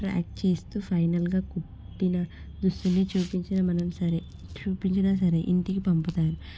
track చేస్తూ ఫైనల్గా కుట్టిన దుస్తులని చూపించినా మనం సరే చూపించినా సరే ఇంటికి పంపుతారు